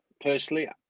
personally